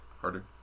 Harder